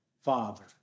father